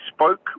spoke